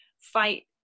fight